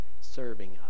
serving